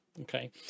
Okay